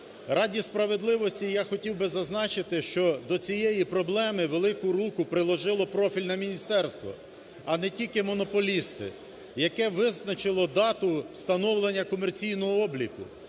Ради справедливості, я хотів би зазначити, що до цієї проблеми "велику руку приложило" профільне міністерство, а не тільки монополісти, яке визначило дату становлення комерційного обліку.